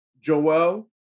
Joel